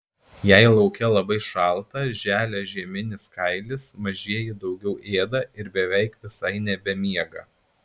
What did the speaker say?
jei lauke labai šalta želia žieminis kailis mažieji daugiau ėda ir beveik visai nebemiega